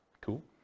Cool